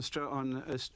on